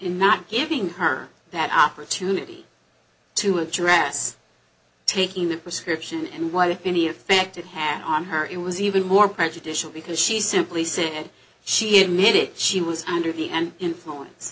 not giving her that opportunity to address taking that prescription and why any effect it had on her it was even more prejudicial because she simply said she admitted she was under the an influence